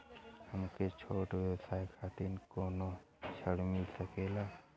हमरे छोट व्यवसाय खातिर कौनो ऋण मिल सकेला?